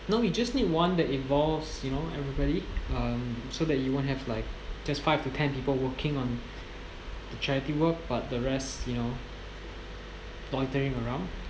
no we just need one that involves you know everybody um so that you won't have like just five to ten people working on the charity work but the rest you know loitering around